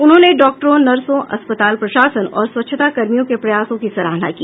उन्होंने डॉक्टरों नर्सों अस्पताल प्रशासनऔर स्वच्छता कर्मियों के प्रयासों की सराहाना की